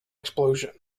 explosion